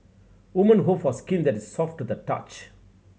woman hope for skin that is soft to the touch